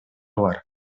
бар